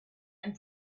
and